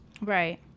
Right